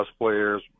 players